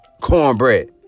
Cornbread